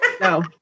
No